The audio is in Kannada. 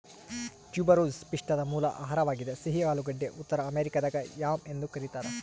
ಟ್ಯೂಬರಸ್ ಪಿಷ್ಟದ ಮೂಲ ಆಹಾರವಾಗಿದೆ ಸಿಹಿ ಆಲೂಗಡ್ಡೆ ಉತ್ತರ ಅಮೆರಿಕಾದಾಗ ಯಾಮ್ ಎಂದು ಕರೀತಾರ